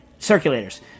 circulators